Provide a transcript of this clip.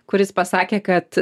kuris pasakė kad